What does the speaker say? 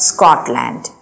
Scotland